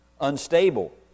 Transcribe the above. unstable